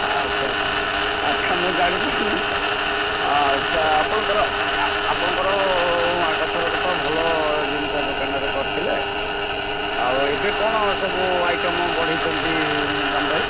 ଆଚ୍ଛା ଆଚ୍ଛା ଆଚ୍ଛା ମୁଁ ଜାଣିପାରୁନି ତ ଅ ଆଚ୍ଛା ଆପଣଙ୍କର ଆପଣଙ୍କର ତ ଆଗ ଥରକ ଭଲ ଜିନିଷ ଦୋକାନରେ କରିଥିଲେ ଆଉ ଏବେ କ'ଣ ସବୁ ଆଇଟମ ବଢ଼େଇଛନ୍ତି ଦାମ ଭାଇ